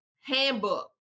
Handbook